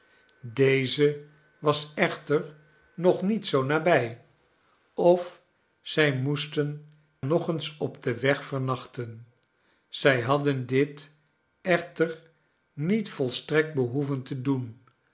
deze was echter nog niet zoo nabij of zij moesten nog eens op den weg vernachten zij hadden dit echter niet volstrekt behoeven te doen